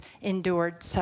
endured